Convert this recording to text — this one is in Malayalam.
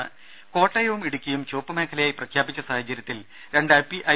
രംഭ കോട്ടയവും ഇടുക്കിയും ചുവപ്പുമേഖലയായി പ്രഖ്യാപിച്ച സാഹചര്യത്തിൽ രണ്ട് ഐ